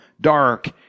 dark